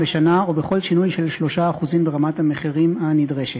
לשנה או בכל שינוי של 3% ברמת המחירים הנדרשת.